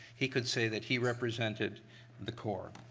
he could say that he represented the core.